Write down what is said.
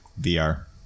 VR